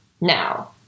Now